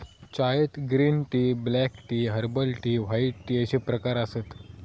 चायत green tea, black tea, herbal tea, white tea अश्ये प्रकार आसत